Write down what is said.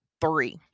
three